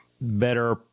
better